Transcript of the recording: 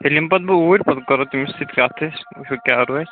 تیٚلہِ یِمہٕ بہٕ توٗرۍ پَتہٕ کَرٕ بہٕ تٔمِس سۭتۍ کتھ ہِش وُچھو کیٛاہ روزِ